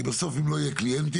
כי בסוף לא יהיו קליינטים.